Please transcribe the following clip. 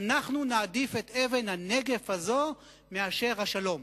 אנחנו נעדיף את אבן הנגף הזאת מאשר את השלום.